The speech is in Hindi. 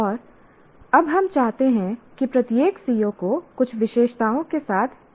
और अब हम चाहते हैं कि प्रत्येक CO को कुछ विशेषताओं के साथ टैग किया जाए